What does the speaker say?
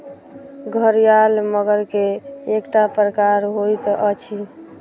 घड़ियाल मगर के एकटा प्रकार होइत अछि